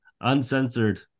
uncensored